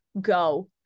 go